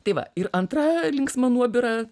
tai va ir antra linksma nuobira